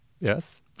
Yes